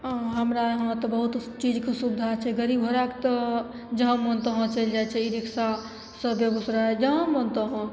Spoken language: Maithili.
हमरा यहाँ तऽ बहुत चीजके सुविधा छै गाड़ी घोड़ाके तऽ जहाँ मोन तहाँ चलि जाइ छै ई रिक्सासे बेगूसराय जहाँ मोन तहाँ